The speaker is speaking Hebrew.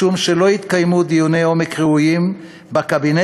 משום שלא התקיימו דיוני עומק ראויים בקבינט,